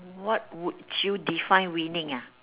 what would you define winning ah